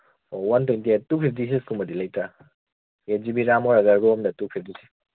one twenty eight two fifty ꯁꯤꯛꯁꯀꯨꯝꯕꯗꯤ ꯂꯩꯇ꯭ꯔꯥ eight G B RAM ꯑꯣꯏꯔꯒ ꯔꯣꯝꯅ ꯇꯨ ꯐꯤꯞꯇꯤ ꯊ꯭ꯔꯤ